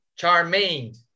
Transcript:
Charmaine